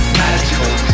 magical